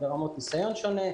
ברמות ניסיון שונות,